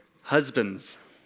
husbands